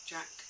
Jack